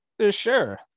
Sure